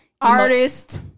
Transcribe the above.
Artist